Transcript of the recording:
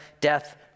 death